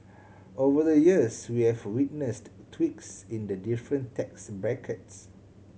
over the years we have witnessed tweaks in the different tax brackets